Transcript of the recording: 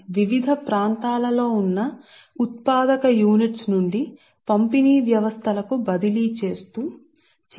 మేము ఈ విషయాన్ని చూశాము వివిధ ప్రదేశాలలో యూనిట్ లను ఉత్పత్తి చేయడం నుండి పంపిణీ వ్యవస్థల వరకు మనకు మునుపటి విషయం ఉంది అది చివరికి లోడ్ను సరఫరా చేస్తుంది